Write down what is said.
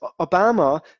Obama